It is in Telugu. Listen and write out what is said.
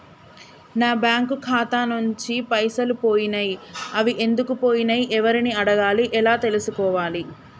నా బ్యాంకు ఖాతా నుంచి పైసలు పోయినయ్ అవి ఎందుకు పోయినయ్ ఎవరిని అడగాలి ఎలా తెలుసుకోవాలి?